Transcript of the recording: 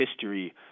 history